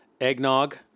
eggnog